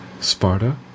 Sparta